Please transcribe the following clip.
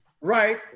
Right